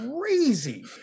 crazy